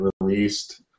released